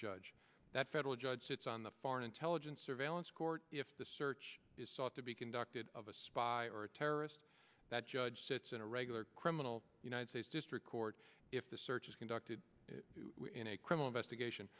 judge that federal judge sits on the foreign intelligence surveillance court if the search is sought to be conducted of a spy or a terrorist that judge sits in a regular criminal united states district court if the search is conducted in a criminal investigation